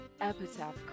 epitaph